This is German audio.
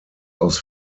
aus